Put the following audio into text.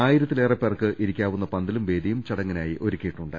ആയിരത്തിലേറെ പേർക്ക് ഇരിക്കാവുന്ന പന്തലും വേദിയും ചടങ്ങിനായി ഒരുക്കിയിട്ടുണ്ട്